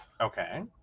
Okay